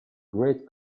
great